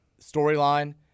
storyline